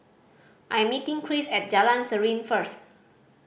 I'm meeting Chris at Jalan Serene first